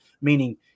meaning